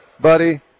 buddy